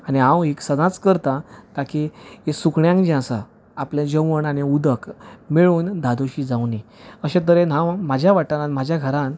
आनी हांव हि सदांच करतां ताकी सुकण्यांक जी आसा आपलें जेवण आनी हे उदक मेळोन धादोशी जावूंदी अशें तरेन हांव म्हज्या वाठारांत म्हज्या घरान